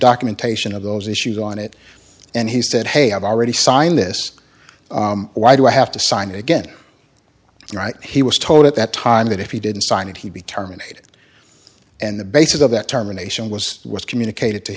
documentation of those issues on it and he said hey i've already signed this why do i have to sign it again right he was told at that time that if he didn't sign it he'd be terminated and the basis of that terminations was was communicate